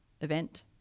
event